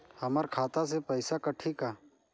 हमर खाता से पइसा कठी का?